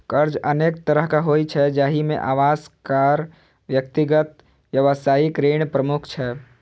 कर्ज अनेक तरहक होइ छै, जाहि मे आवास, कार, व्यक्तिगत, व्यावसायिक ऋण प्रमुख छै